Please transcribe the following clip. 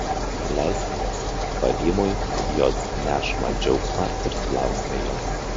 leiskimės pavymui į jos nešamą džiaugsmą ir sulauksime jos